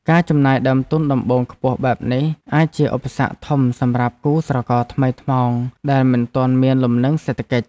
ការចំណាយដើមទុនដំបូងខ្ពស់បែបនេះអាចជាឧបសគ្គធំសម្រាប់គូស្រករថ្មីថ្មោងដែលមិនទាន់មានលំនឹងសេដ្ឋកិច្ច។